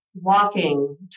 walking